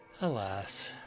Alas